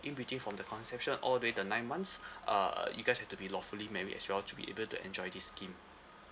in between from the conception all the way to nine months uh you guys have to be lawfully married as well to be able to enjoy this scheme